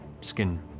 skin